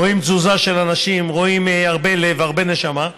רואים תזוזה של אנשים, רואים הרבה לב, הרבה נשמה.